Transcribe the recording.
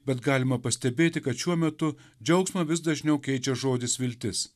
bet galima pastebėti kad šiuo metu džiaugsmą vis dažniau keičia žodis viltis